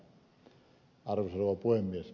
arvoisa rouva puhemies